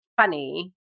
funny